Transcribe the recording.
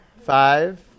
Five